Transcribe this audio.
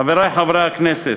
חברי חברי הכנסת,